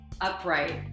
upright